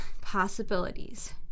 Possibilities